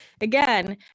again